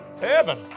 Heaven